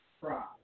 cry